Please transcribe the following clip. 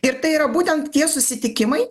ir tai yra būtent tie susitikimai